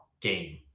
game